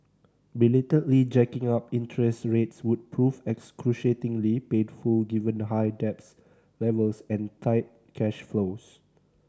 belatedly jacking up interest rates would prove excruciatingly painful given high debt levels and tight cash flows